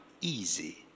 easy